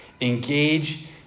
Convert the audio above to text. Engage